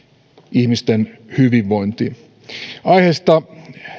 ihmisten hyvinvointiin aiheesta